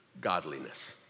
godliness